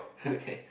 okay